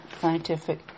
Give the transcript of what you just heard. scientific